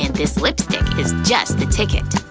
and this lipstick is just the ticket.